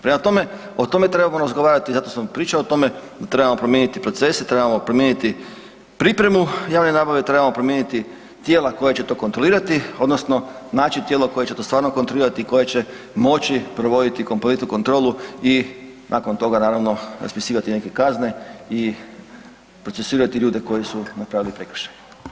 Prema tome, o tome trebamo razgovarati i zato sam pričao o tome da trebamo promijeniti procese, trebamo promijeniti pripremu javne nabave, trebamo promijeniti tijela koja će to kontrolirati odnosno naći tijelo koje će to stvarno kontrolirati i koje će moći provoditi kompletnu kontrolu i nakon toga naravno raspisivati neke kazne i procesuirati ljude koji su napravili prekršaje.